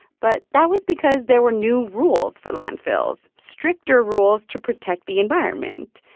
but that was because there were new rules for landfills stricter rules to protect the environment.